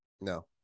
No